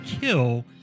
kill